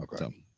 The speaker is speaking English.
Okay